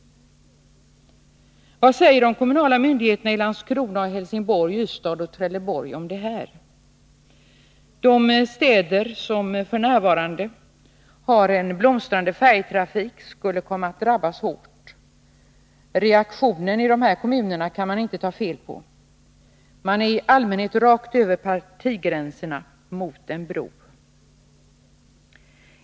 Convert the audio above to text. Vad säger de kommunala myndigheterna i Landskrona, Helsingborg, Ystad och Trelleborg om detta? De städer som f.n. har en blomstrande färjetrafik skulle komma att drabbas hårt. Reaktionen i dessa kommuner kan man inte ta fel på — de är i allmänhet rakt över partigränserna mot en bro.